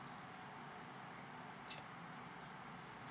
okay